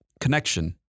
connection